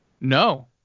no